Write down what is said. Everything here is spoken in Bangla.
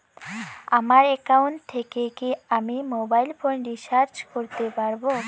আমার একাউন্ট থেকে কি আমি মোবাইল ফোন রিসার্চ করতে পারবো?